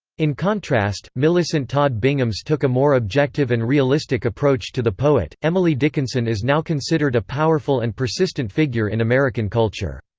in contrast, millicent todd bingham's took a more objective and realistic approach to the poet emily dickinson is now considered a powerful and persistent figure in american culture.